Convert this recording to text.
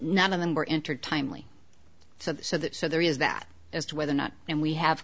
none of them were entered timely so that so there is that as to whether or not and we have